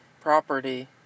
property